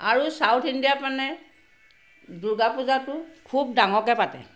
আৰু south India পানে মানে দুৰ্গা পূজাটো খুব ডাঙৰকৈ পাতে